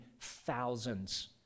thousands